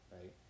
Right